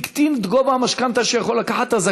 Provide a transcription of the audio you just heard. הקטין את גובה המשכנתה שהזכאי יכול לקחת.